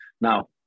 Now